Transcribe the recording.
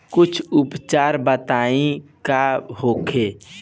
कुछ उपचार बताई का होखे?